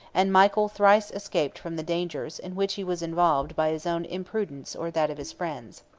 and michael thrice escaped from the dangers in which he was involved by his own imprudence or that of his friends.